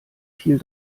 viel